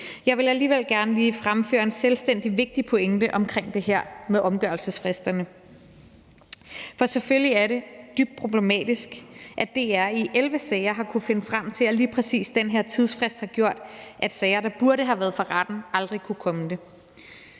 Jeg vil alligevel gerne lige fremføre en selvstændig vigtig pointe omkring det her med omgørelsesfristerne. For selvfølgelig er det dybt problematisk, at DR i 11 sager har kunnet finde frem til, at lige præcis den her tidsfrist har gjort, at sager, der burde have været for retten, aldrig kunne komme det.